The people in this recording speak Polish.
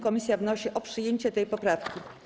Komisja wnosi o przyjęcie tej poprawki.